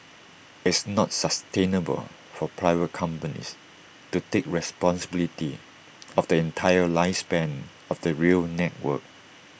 it's not sustainable for private companies to take responsibility of the entire lifespan of the rail network